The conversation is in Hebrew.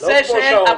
או למשל עבודה